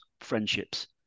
friendships